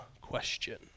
question